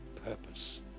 purpose